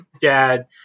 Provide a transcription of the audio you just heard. dad